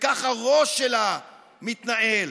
וכך הראש שלה מתנהל.